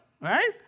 right